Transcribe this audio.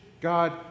God